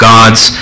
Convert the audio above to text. God's